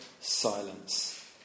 silence